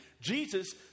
Jesus